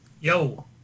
Yo